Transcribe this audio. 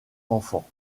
enfant